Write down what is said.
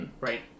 right